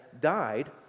died